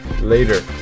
later